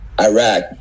iraq